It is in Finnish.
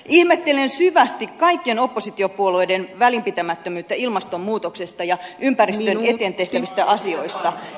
ihmettelen syvästi kaikkien oppositiopuolueiden välinpitämättömyyttä ilmastonmuutoksesta ja ympäristön eteen tehtävistä asioista